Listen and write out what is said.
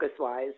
Focuswise